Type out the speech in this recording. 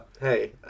hey